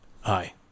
Hi